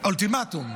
אולטימטום.